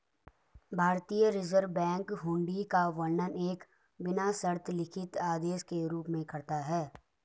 भारतीय Reserve Bank hundi का वर्णन एक बिना शर्त लिखित आदेश के रूप में करता है